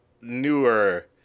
newer